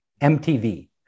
MTV